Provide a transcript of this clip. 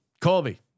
Colby